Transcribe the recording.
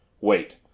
Wait